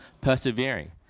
persevering